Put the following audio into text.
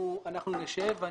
אנחנו נשב.